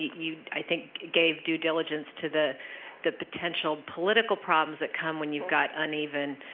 you, i think, gave due diligence to the the potential political problems that come when you've got uneven